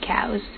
cows